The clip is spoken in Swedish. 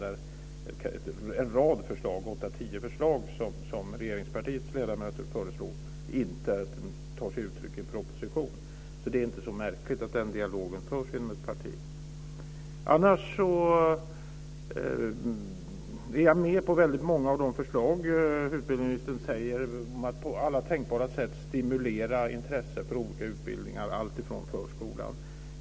Det var en rad förslag, åtta-tio förslag, som regeringspartiets ledamöter lämnade men som inte tog sig uttryck i en proposition. Det är inte så märkligt att en dialog förs inom ett parti. Annars är jag med på väldigt många av de förslag som utbildningsministern nämner om att på alla tänkbara sätt stimulera intresset för olika utbildningar, alltifrån förskolan.